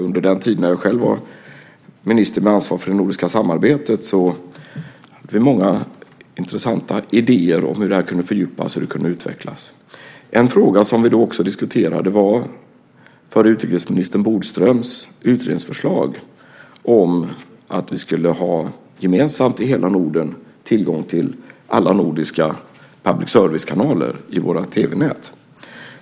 Under den tid då jag själv var minister med ansvar för det nordiska samarbetet kom det många intressanta idéer om hur det här kunde fördjupas och utvecklas. En fråga som vi då också diskuterade var förre utrikesministern Bodströms utredningsförslag om att vi gemensamt i hela Norden skulle ha tillgång till alla nordiska public service kanaler i våra tv-nät.